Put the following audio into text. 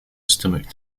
stomach